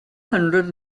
hundred